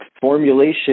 formulation